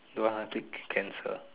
don't want c~ can cancel